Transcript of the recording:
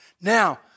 Now